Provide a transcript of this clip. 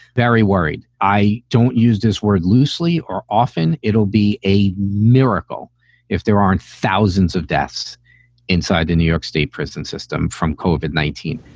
very worried. i don't use this word loosely or often. it'll be a miracle if there aren't thousands of deaths inside the new york state prison system from cobh at nineteen.